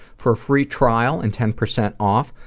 for a free trial and ten percent off,